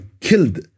killed